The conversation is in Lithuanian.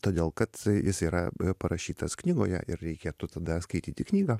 todėl kad jis yra parašytas knygoje ir reikėtų tada skaityti knygą